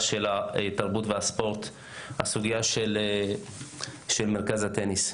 התרבות והספורט את הסוגייה של מרכז הטניס.